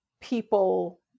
people